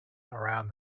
around